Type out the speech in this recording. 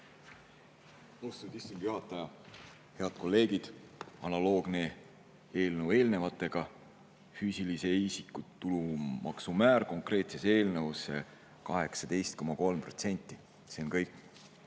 Austatud istungi juhataja! Head kolleegid! Analoogne eelnõu eelnevatega, füüsilise isiku tulumaksu määr konkreetses eelnõus on 18,3%. See on kõik.